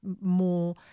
more